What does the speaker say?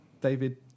david